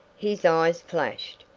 his eyes flashed.